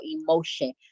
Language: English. emotion